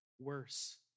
worse